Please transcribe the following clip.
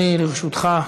אדוני, לרשותך.